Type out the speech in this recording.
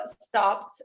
stopped